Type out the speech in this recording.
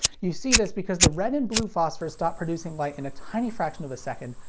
you see this because the red and blue phosphors stop producing light in a tiny fraction of a second,